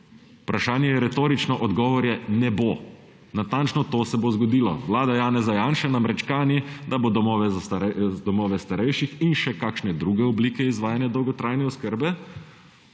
Vprašanje je retorično. Odgovor je: ne bo. Natančno to se bo zgodilo. Vlada Janeza Janše namreč kani, da bo domove starejših in še kakšne druge oblike izvajanja dolgotrajne oskrbe